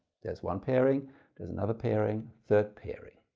there's one pairing there's another pairing, third pairing.